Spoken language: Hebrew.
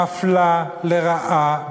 מפלה לרעה,